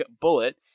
bullet